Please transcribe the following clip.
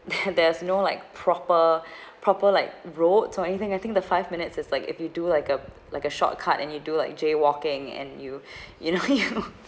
there there's no like proper proper like roads or anything I think the five minutes is like if you do like a like a shortcut and you do like jaywalking and you you know you